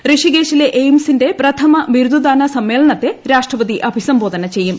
ഋഷികേശിലെ എയിംസിന്റെ പ്രഥമ ബിരുദദാന സമ്മേളനത്തെ രാഷ്ട്രപതി അഭിസംബോധന ചെയ്യും